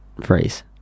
phrase